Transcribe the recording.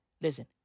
listen